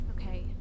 Okay